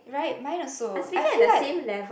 right mine also I feel like